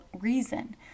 reason